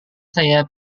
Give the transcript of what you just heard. saya